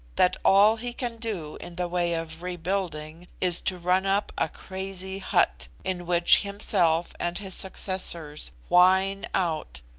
that all he can do in the way of rebuilding is to run up a crazy hut, in which himself and his successors whine out,